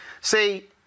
See